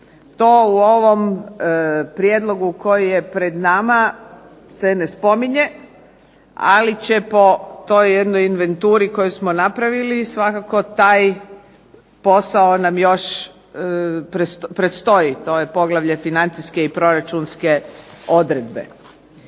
To u ovom prijedlogu koji je pred nama se ne spominje, ali će po toj jednoj inventuri koju smo napravili svakako taj posao nam još predstoji. To je poglavlje financijske i proračunske odredbe.